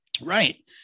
right